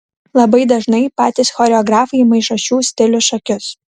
labai dažnai patys choreografai maišo šių stilių šokius